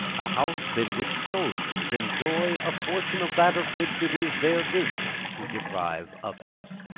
a house in which soldiers enjoy a portion of that of which it is their business to deprive others.